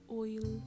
oil